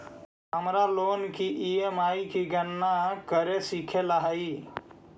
हमारा लोन की ई.एम.आई की गणना करे सीखे ला हई